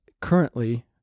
currently—